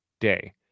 day